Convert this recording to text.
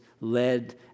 led